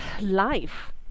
life